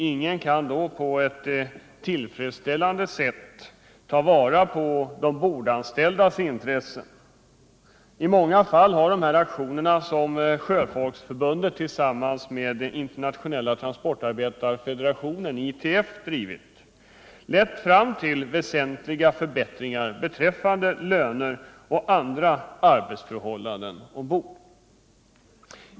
Ingen kan då på ett tillfredsställande sätt ta vara på de ombordanställdas intressen. I många fall har dessa aktioner, som Sjöfolksförbundet tillsammans med Internationella transportarbetarefederationen, ITF, drivit, lett fram till väsentliga förbättringar beträffande löner och andra arbetsförhållanden ombord.